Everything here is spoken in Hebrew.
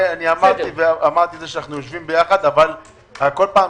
אמרתי שאנחנו יושבים יחד, אבל כל פעם